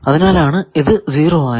അതിനാലാണ് ഇത് 0 ആയതു